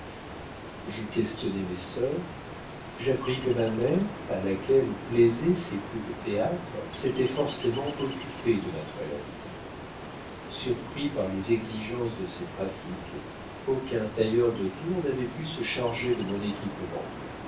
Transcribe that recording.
je questionnai mes sœurs j'appris que ma mère à laquelle plaisaient ces coups de théâtre s'était forcément occupée de ma toilette surpris par les exigences de ses pratiques aucun tailleur de tours n'avait pu se charger de mon équipement